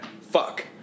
Fuck